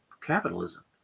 capitalism